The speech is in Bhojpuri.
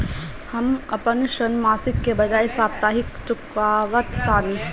हम अपन ऋण मासिक के बजाय साप्ताहिक चुकावतानी